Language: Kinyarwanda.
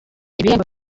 ibihembo